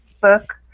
book